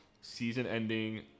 Season-ending